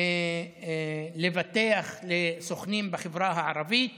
לבטח סוכנים בחברה הערבית